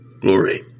glory